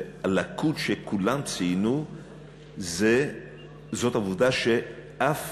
והליקוי שכולם ציינו זאת העובדה שאף